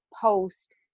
post